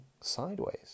sideways